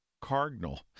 cardinal